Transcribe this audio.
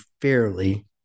fairly